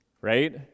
right